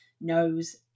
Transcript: knows